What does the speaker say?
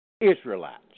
Israelites